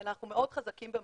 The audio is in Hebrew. אנחנו מאוד חזקים במעשים.